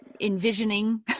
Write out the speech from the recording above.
envisioning